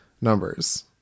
Numbers